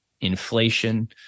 inflation